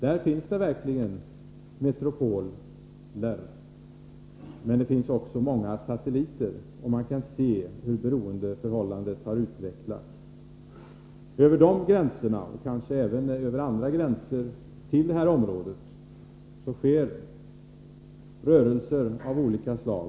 Där finns det verkligen metropoler, men det finns också många satelliter, och man kan se hur beroendeförhållandet har utvecklats. Över de gränserna och kanske även över andra gränser till det här området sker rörelser av olika slag.